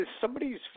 somebody's